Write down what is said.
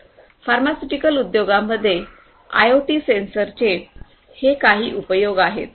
तर फार्मास्युटिकल उद्योगांमध्ये आयओटी सेन्सरचे हे काही उपयोग आहेत